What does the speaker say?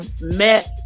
met